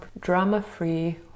drama-free